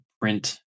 print